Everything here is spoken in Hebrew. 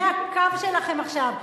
זה הקו שלכם עכשיו.